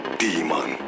demon